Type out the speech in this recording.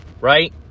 right